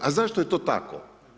A zašto je to tako?